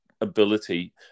ability